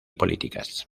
políticas